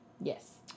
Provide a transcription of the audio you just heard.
Yes